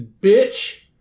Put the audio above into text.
bitch